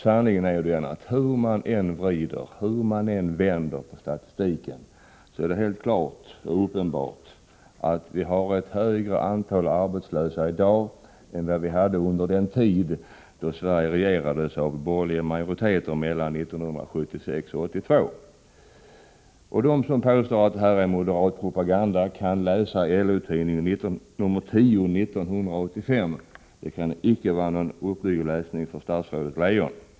Sanningen är ju att hur man än vänder på statistiken, så är det helt uppenbart att vi har ett större antal arbetslösa i dag än vi hade under den tid då Sverige regerades av borgerliga majoriteter, mellan 1976 och 1982. De som påstår att detta är moderatpropaganda kan läsa LO-Tidningen, nr 10 år 1985. Det kan icke vara någon uppbygglig läsning för statsrådet Leijon.